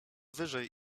wyżej